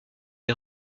des